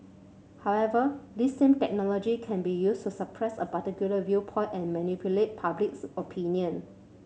however this same technology can be used to suppress a particular viewpoint and manipulate publics opinion